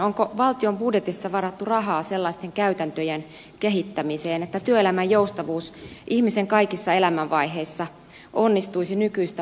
onko valtion budjetissa varattu rahaa sellaisten käytäntöjen kehittämiseen että työelämän joustavuus ihmisen kaikissa elämänvaiheissa onnistuisi nykyistä paremmin